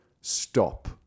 stop